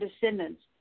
descendants